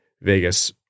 Vegas